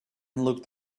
looked